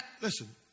listen